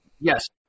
Yes